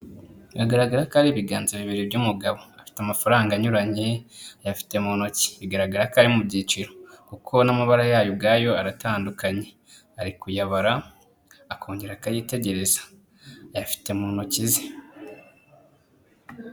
Biragaragara ko ari ibiganza bibiri by'umugabo, afite amafaranga anyuranye ayafite mu ntoki, bigaragara ko ari mu byiciro, kuko n'amabara yayo ubwayo aratandukanye ari kuyabara akongera akayitegereza, ayafite mu ntoki ze.